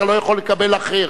אתה לא יכול לקבל אחר,